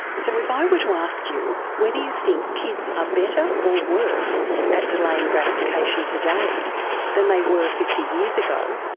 so if i were to ask you whether you think kids are ah better or worse at delaying gratification today than they were fifty years ago,